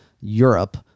Europe